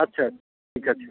আচ্ছা